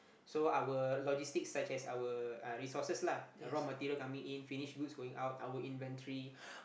so our logistics such as our uh resources lah raw material coming in finished goods going out our inventory